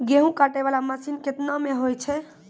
गेहूँ काटै वाला मसीन केतना मे होय छै?